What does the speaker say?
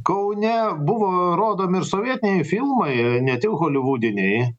kaune buvo rodomi ir sovietiniai filmai ne tik holivudiniai